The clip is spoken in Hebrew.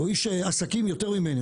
הוא איש עסקים יותר ממני,